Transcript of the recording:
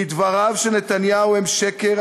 כי דבריו של נתניהו הם שקר,